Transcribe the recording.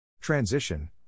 Transition